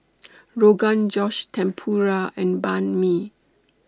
Rogan Josh Tempura and Banh MI